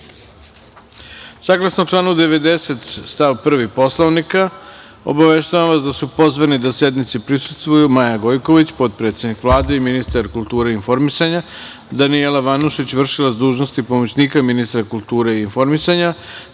reda. Saglasno članu 90. stav 1. Poslovnika, obaveštavam vas da su pozvani da sednici prisustvuju Maja Gojković, potpredsednik Vlade i ministar kulture i informisanja, Danijela Vanušić, v.d. pomoćnika ministra kulture i informisanja,